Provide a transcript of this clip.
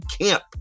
camp